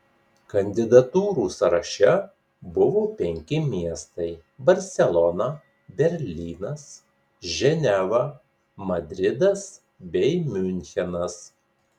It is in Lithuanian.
kandidatūrų sąraše buvo penki miestai barselona berlynas ženeva madridas bei miunchenas